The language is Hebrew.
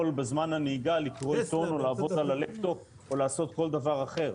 בזמן הנהיגה לקרוא עיתון או לעבוד על הלפטופ או לעשות כל דבר אחר.